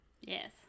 Yes